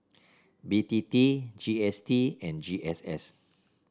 B T T G S T and G S S